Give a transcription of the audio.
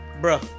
bro